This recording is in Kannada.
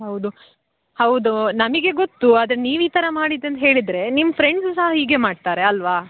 ಹೌದು ಹೌದು ನಮಗೆ ಗೊತ್ತು ಆದರೆ ನೀವು ಈ ಥರ ಮಾಡಿದ್ದು ಅಂತ ಹೇಳಿದರೆ ನಿಮ್ಮ ಫ್ರೆಂಡ್ಸ್ ಸಹ ಹೀಗೆ ಮಾಡ್ತಾರೆ ಅಲ್ಲವಾ